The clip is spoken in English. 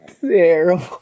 terrible